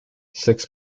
six